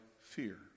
fear